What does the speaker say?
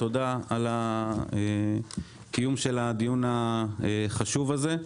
תודה על הקיום של הדיון החשוב הזה.